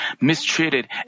mistreated